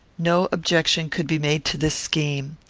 no objection could be made to this scheme.